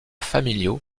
familiaux